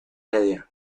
media